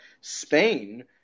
Spain